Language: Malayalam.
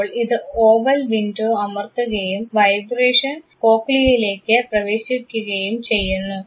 അപ്പോൾ ഇത് ഓവൽ വിൻഡോ അമർത്തുകയും വൈബ്രേഷൻ കോക്ലിയയിലേക്ക് പ്രവേശിക്കുകയും ചെയ്യുന്നു